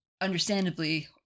understandably